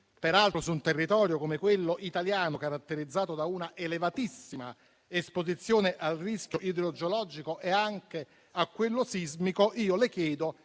peraltro su un territorio come quello italiano, caratterizzato da una elevatissima esposizione al rischio idrogeologico e anche a quello sismico, io le chiedo